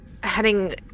heading